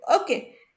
Okay